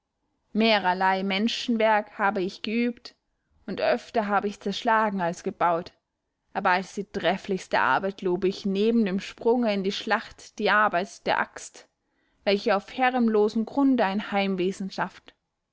mehrerlei menschenwerk habe ich geübt und öfter habe ich zerschlagen als gebaut aber als die trefflichste arbeit lobe ich neben dem sprunge in die schlacht die arbeit der axt welche auf herrenlosem grunde ein heimwesen schafft